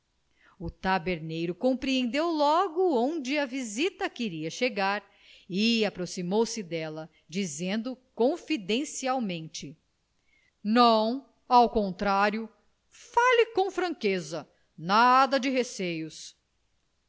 o taberneiro compreendeu logo onde a visita queria chegar e aproximou-se dele dizendo confidencialmente não ao contrário fale com franqueza nada de receios